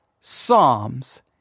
psalms